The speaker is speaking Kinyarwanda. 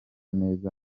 neza